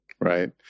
Right